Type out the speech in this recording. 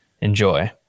enjoy